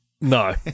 no